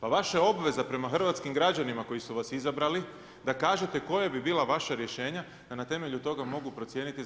Pa vaša je obveza prema hrvatskim građanima koji su vas izabrali da kažete koja bi bila vaša rješenja da na temelju toga mogu procijeniti